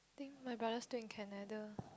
think my brother still in Canada